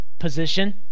position